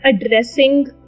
addressing